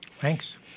Thanks